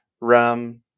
rum